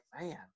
man